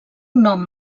nom